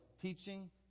teaching